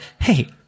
hey